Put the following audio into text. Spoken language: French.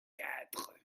quatre